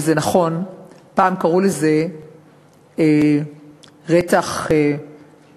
וזה נכון: פעם קראו לזה "רצח בתוך